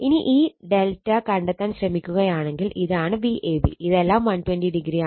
ഇനി ഈ ∆ കണ്ടെത്താൻ ശ്രമിക്കുകയാണെങ്കിൽ ഇതാണ് Vab ഇതെല്ലാം 120o ആണ്